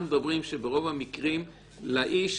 אנחנו מדברים על כך שברוב המקרים לאיש